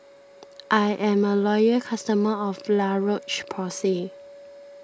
I'm a loyal customer of La Roche Porsay